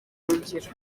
buhungiro